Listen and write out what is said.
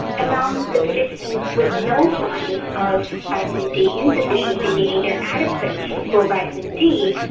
among um the participants with no signs of vitamin d insufficiency, meaning they are adequate for vitamin d,